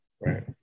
Right